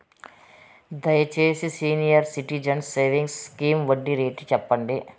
దయచేసి senior citizens savings scheme వడ్డీ rate సెప్పండి